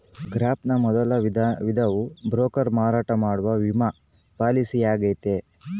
gap ನ ಮೊದಲ ವಿಧವು ಬ್ರೋಕರ್ ಮಾರಾಟ ಮಾಡುವ ವಿಮಾ ಪಾಲಿಸಿಯಾಗೈತೆ